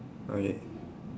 okay